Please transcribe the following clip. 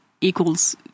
equals